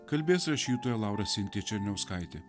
kalbės rašytoja laura sintija černiauskaitė